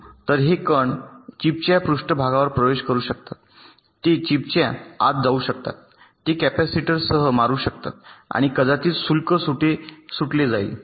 तर हे कण चिपच्या पृष्ठभागावर प्रवेश करू शकतात ते चिपच्या आत जाऊ शकतात ते कॅपेसिटरस मारू शकतात आणि कदाचित शुल्क सुटले जाईल